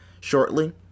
shortly